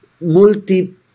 multi